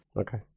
Okay